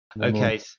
Okay